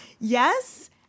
yes